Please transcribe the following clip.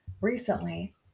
recently